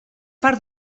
part